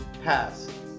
Pass